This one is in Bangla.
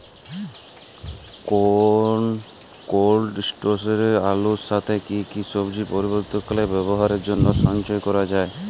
কোল্ড স্টোরেজে আলুর সাথে কি কি সবজি পরবর্তীকালে ব্যবহারের জন্য সঞ্চয় করা যায়?